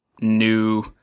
new